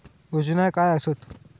योजना काय आसत?